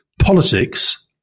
Politics